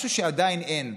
משהו שעדיין אין,